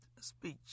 speech